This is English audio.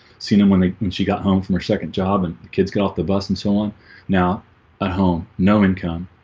seen him when ah when she got home from her second job and the kids got off the bus and so on now at ah home no income.